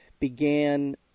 Began